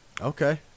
Okay